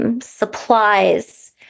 supplies